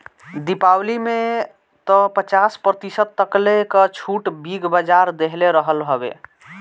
दीपावली में तअ पचास प्रतिशत तकले कअ छुट बिग बाजार देहले रहल हवे